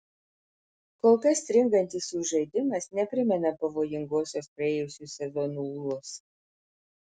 kol kas stringantis jų žaidimas neprimena pavojingosios praėjusių sezonų ūlos